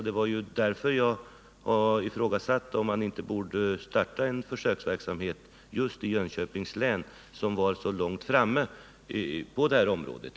Det är därför som jag har ifrågasatt om man inte borde starta en försöksverksamhet i Jönköpings län, som är så långt framme på det här området.